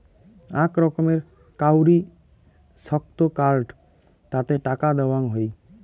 আক রকমের কাউরি ছক্ত কার্ড তাতে টাকা দেওয়াং হই